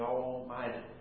Almighty